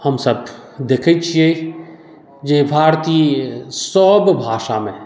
हमसभ देखैत छियै जे भारतीय सभ भाषामे